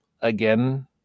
again